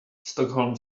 stockholm